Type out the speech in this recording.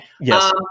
Yes